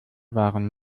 waren